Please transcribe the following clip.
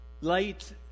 Light